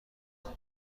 خونی